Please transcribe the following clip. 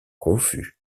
confus